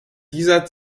dieser